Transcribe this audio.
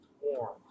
warm